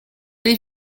les